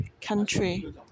country